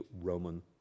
Roman